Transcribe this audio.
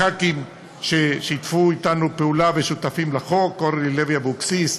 לח"כים ששיתפו אתנו פעולה ושותפים לחוק: אורלי לוי אבקסיס,